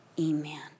Amen